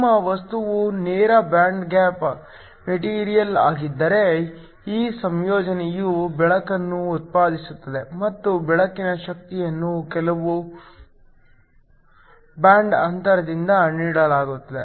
ನಿಮ್ಮ ವಸ್ತುವು ನೇರ ಬ್ಯಾಂಡ್ ಗ್ಯಾಪ್ ಮೆಟೀರಿಯಲ್ ಆಗಿದ್ದರೆ ಈ ಮರುಸಂಯೋಜನೆಯು ಬೆಳಕನ್ನು ಉತ್ಪಾದಿಸುತ್ತದೆ ಮತ್ತು ಬೆಳಕಿನ ಶಕ್ತಿಯನ್ನು ಕೇವಲ ಬ್ಯಾಂಡ್ ಅಂತರದಿಂದ ನೀಡಲಾಗುತ್ತದೆ